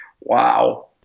Wow